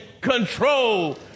control